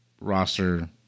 roster